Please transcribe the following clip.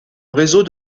réseau